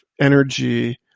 energy